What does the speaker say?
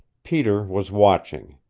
peter was watching.